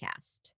podcast